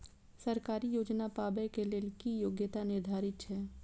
सरकारी योजना पाबे के लेल कि योग्यता निर्धारित छै?